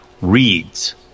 reads